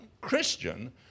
Christian